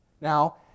now